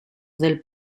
del